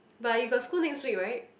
but you got school next week right